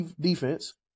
defense